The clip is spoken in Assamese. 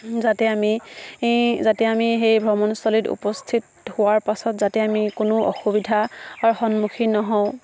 যাতে আমি যাতে আমি সেই ভ্ৰমণস্থলীত উপস্থিত হোৱাৰ পাছত যাতে আমি কোনো অসুবিধাৰ সন্মুখীন নহওঁ